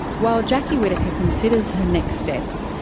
while jacki whittaker considers her next steps,